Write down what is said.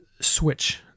switch